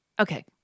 Okay